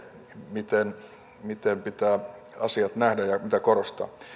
miten miten pitää asiat nähdä ja mitä korostaa